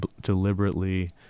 deliberately